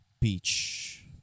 beach